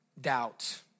Doubt